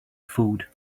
food